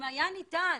אם היה ניתן,